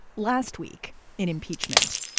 last week in impeachment.